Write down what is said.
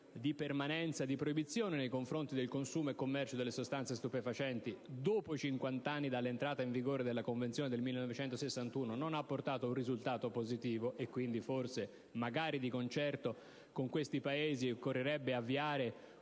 di permanenza di proibizione nei confronti del consumo e del commercio delle sostanze stupefacenti, dopo cinquant'anni dall'entrata in vigore della Convenzione del 1961, non ha portato un risultato positivo, e quindi forse, magari di concerto con questi Paesi, occorrerebbe avviare